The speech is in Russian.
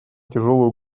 тяжелую